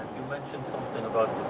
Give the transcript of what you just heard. you mentioned something about